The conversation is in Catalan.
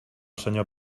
senyor